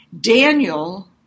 Daniel